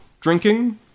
drinking